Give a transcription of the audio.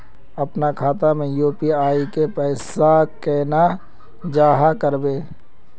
अपना खाता में यू.पी.आई के पैसा केना जाहा करबे?